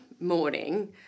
morning